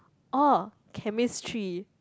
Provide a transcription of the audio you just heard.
oh chemistry